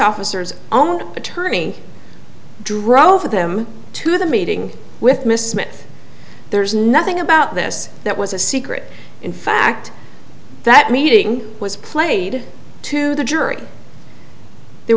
officers own attorney drove them to the meeting with miss smith there's nothing about this that was a secret in fact that meeting was played to the jury there